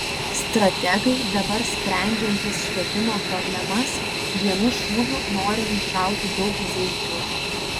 strategai dabar sprendžiantys švietimo problemas vienu šūviu nori nušauti daug zuikių